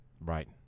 right